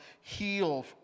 heal